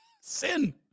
Sin